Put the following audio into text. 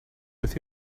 with